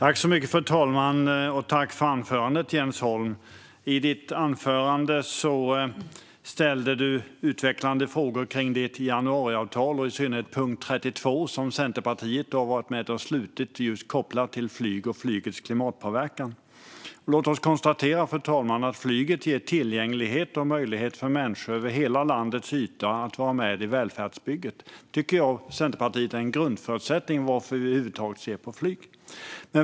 Fru talman! Tack för anförandet, Jens Holm! I ditt anförande ställde du utvecklande frågor kring det januariavtal, och i synnerhet punkt 32 som är kopplad till flyget och flygets klimatpåverkan, som Centerpartiet har varit med och slutit. Låt oss konstatera, fru talman, att flyget ger tillgänglighet och möjlighet för människor över hela landets yta att vara med i välfärdsbygget. Det tycker jag och Centerpartiet är en grundförutsättning för varför vi över huvud taget ser på flyget.